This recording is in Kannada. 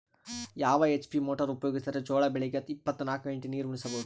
ಯಾವ ಎಚ್.ಪಿ ಮೊಟಾರ್ ಉಪಯೋಗಿಸಿದರ ಜೋಳ ಬೆಳಿಗ ಇಪ್ಪತ ನಾಲ್ಕು ಗಂಟೆ ನೀರಿ ಉಣಿಸ ಬಹುದು?